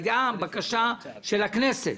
הייתה בקשה של הכנסת.